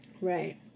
Right